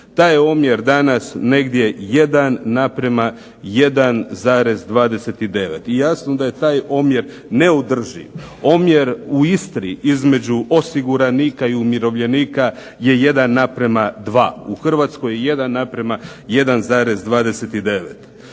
Taj je omjer danas negdje 1 naprema 1,29 i jasno da je taj omjer neodrživ. Omjer u Istri između osiguranika i umirovljenika je 1:2, u Hrvatskoj je 1:1,29.